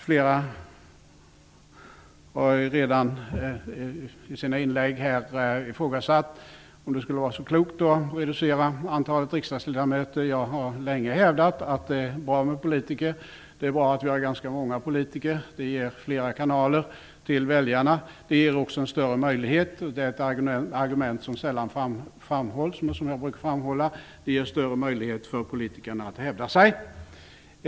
Flera har redan i sina inlägg ifrågasatt om det skulle vara så klokt att reducera antalet riksdagsledamöter. Jag har länge hävdat att det är bra med politiker och att det är bra att vi har ganska många politiker. Det ger flera kanaler till väljarna, och det ger en större möjlighet -- det är ett argument som sällan framhålls, men som jag brukar framhålla -- för politikerna att hävda sig.